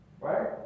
right